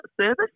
service